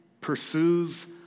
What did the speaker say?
pursues